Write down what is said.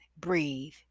breathe